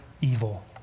evil